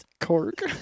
Cork